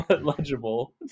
legible